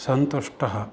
सन्तुष्टः